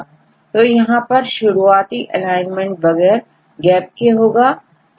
तो यहां पर शुरुआती एलाइनमेंट बगैर gap के होगा